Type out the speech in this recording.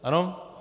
Ano?